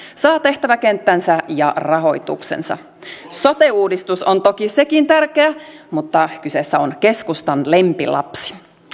saa tehtäväkenttänsä ja rahoituksensa sote uudistus on toki sekin tärkeä mutta kyseessä on keskustan lempilapsi